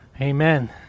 Amen